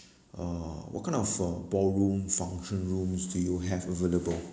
uh what kind of uh ballroom function rooms do you have available